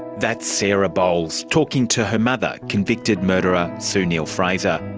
that's sarah bowles talking to her mother, convicted murderer sue neill-fraser,